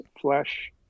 flesh